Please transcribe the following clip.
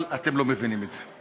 אבל אתם לא מבינים את זה.